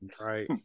Right